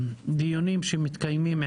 הקול הקורא נמצא בהערות הציבור.